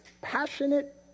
passionate